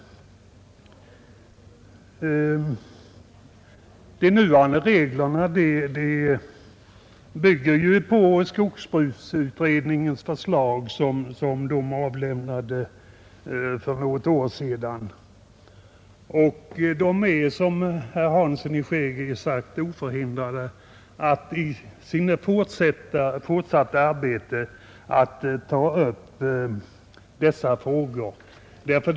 De nuvarande reglerna bygger på skogsbruksutredningens förslag som avlämnades för något år sedan. Utredningen är också, som herr Hansson i Skegrie sagt, oförhindrad att vid sitt fortsatta arbete ta upp den fråga det här gäller.